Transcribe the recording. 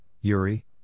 Yuri